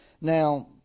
Now